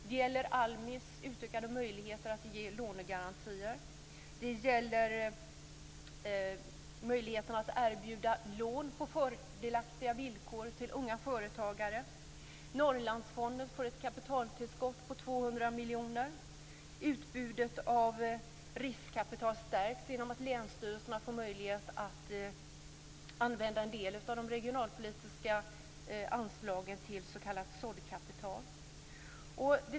Det gäller ALMI:s utökade möjligheter att ge lånegarantier och möjligheten att erbjuda lån med fördelaktiga villkor till unga företagare. Norrlandsfonden får ett kapitaltillskott på 200 miljoner. Utbudet av riskkapital stärks genom att länsstyrelserna får möjlighet att använda en del av de regionalpolitiska anslagen till s.k. såddkapital.